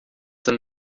denn